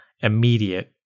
immediate